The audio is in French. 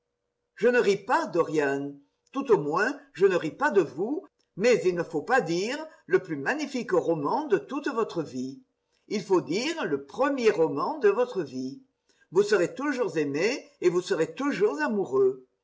je ne ris pas dorian tout au moins je ne ris pas de vous mais il ne faut pas dire le plus magnifique roman de toute votre vie il faut dire le premier roman de votre vie vous serez toujours aimé et vous serez toujours amoureux